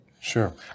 Sure